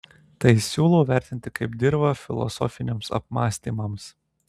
tai siūlau vertinti kaip dirvą filosofiniams apmąstymams